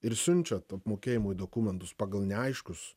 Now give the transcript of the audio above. ir siunčiant apmokėjimui dokumentus pagal neaiškus